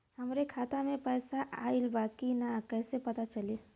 हमरे खाता में पैसा ऑइल बा कि ना कैसे पता चली?